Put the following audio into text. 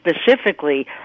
specifically